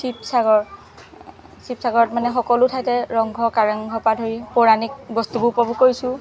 শিবসাগৰ শিবসাগৰত মানে সকলো ঠাইতে ৰংঘৰ কাৰেংঘৰৰ পৰা ধৰি পৌৰাণিক বস্তুবোৰ উপভোগ কৰিছোঁ